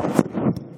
תודה רבה, גברתי